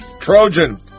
Trojan